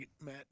Matt